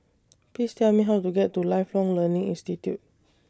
Please Tell Me How to get to Lifelong Learning Institute